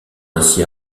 ainsi